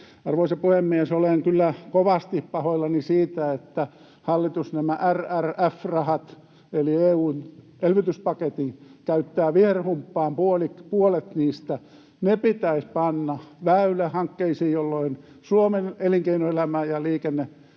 Arvoisa puhemies! Olen kyllä kovasti pahoillani siitä, että hallitus nämä RRF-rahat, eli EU:n elvytyspaketin, käyttää viherhumppaan, puolet niistä. Ne pitäisi panna väylähankkeisiin, jolloin Suomen elinkeinoelämä ja liikenne